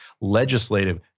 legislative